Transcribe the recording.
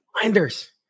Blinders